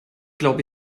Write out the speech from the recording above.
glaube